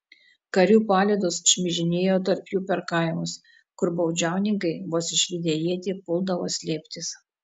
karių palydos šmižinėjo tarp jų per kaimus kur baudžiauninkai vos išvydę ietį puldavo slėptis